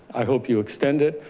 i hope you extend it.